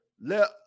Let